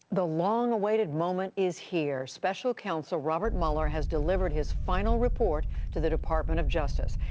the long awaited moment is here, special counsel robert mueller has delivered his final report to the department of justice.